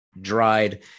dried